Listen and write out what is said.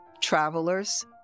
travelers